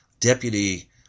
Deputy